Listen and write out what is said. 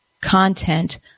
content